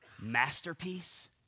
masterpiece